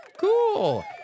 Cool